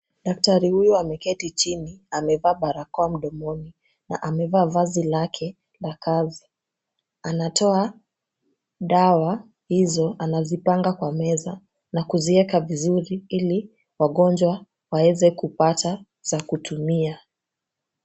Daktari huyu ameketi chini amevaa barakoa mdomoni na amevaa vazi lake la kazi. Anatoa dawa hizo anazipanga kwa meza na kuziweka vizuri ili wagonjwa waweze kupata za kutumia.